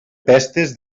pestes